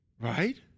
Right